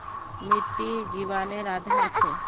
मिटटी जिवानेर आधार छे